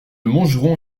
montgeron